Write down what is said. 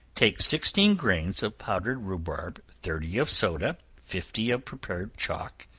take sixteen grains of powdered rhubarb, thirty of soda, fifty of prepared chalk,